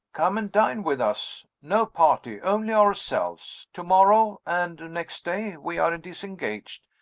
come and dine with us no party only ourselves. tomorrow, and next day, we are disengaged.